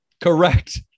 Correct